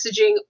messaging